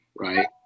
Right